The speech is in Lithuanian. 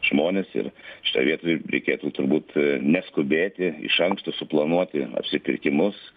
žmonės ir šitoj vietoj reikėtų turbūt neskubėti iš anksto suplanuoti apsipirkimus